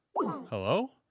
Hello